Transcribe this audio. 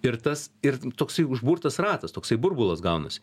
ir tas ir toksai užburtas ratas toksai burbulas gaunasi